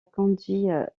conduit